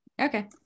Okay